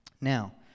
Now